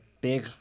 big